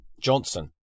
Johnson